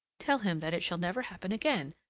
tell him that it shall never happen again!